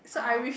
(aha)